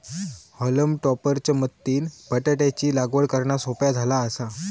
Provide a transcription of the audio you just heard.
हॉलम topper च्या मदतीनं बटाटयाची लागवड करना सोप्या झाला आसा